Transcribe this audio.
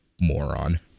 moron